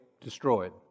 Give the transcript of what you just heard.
destroyed